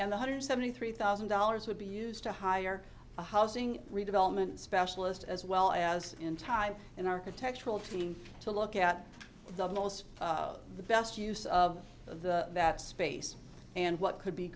and one hundred seventy three thousand dollars would be used to hire a housing development specialist as well as entire an architectural team to look at the most the best use of the that space and what could be